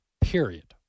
period